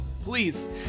please